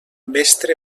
mestre